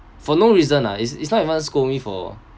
for no reason lah it's it's not even scold me for